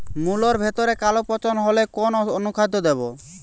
মুলোর ভেতরে কালো পচন হলে কোন অনুখাদ্য দেবো?